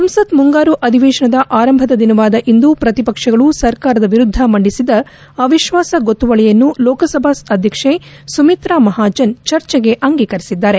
ಸಂಸತ್ ಮುಂಗಾರು ಅಧಿವೇಶನದ ಆರಂಭದ ದಿನವಾದ ಇಂದು ಪ್ರತಿಪಕ್ಷಗಳುಸ ಸರ್ಕಾರದ ವಿರುದ್ದ ಮಂಡಿಸಿದ ಅವಿಶ್ವಾಸ ಗೊತ್ತುವಳಿಯನ್ನು ಲೋಕಸಭಾ ಅಧ್ಯಕ್ಷೆ ಸುಮಿತ್ರ ಮಹಾಜನ್ ಚರ್ಚೆಗೆ ಅಂಗೀಕರಿಸಿದ್ದಾರೆ